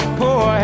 poor